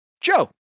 joe